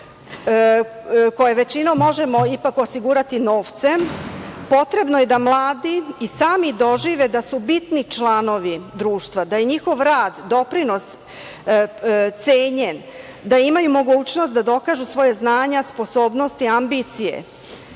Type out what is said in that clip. koju većinom ipak možemo osigurati novcem, potrebno je da mladi i sami dožive da su bitni članovi društva, da je njihov rad, doprinos cenjen, da imaju mogućnost da dokažu svoja znanja, sposobnosti, ambicije.